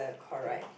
okay